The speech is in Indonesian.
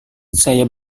saya